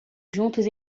juntos